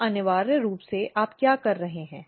तो अनिवार्य रूप से आप क्या कर रहे हैं